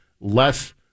less